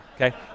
Okay